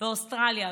באוסטרליה,